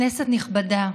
כנסת נכבדה,